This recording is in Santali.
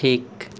ᱴᱷᱤᱠ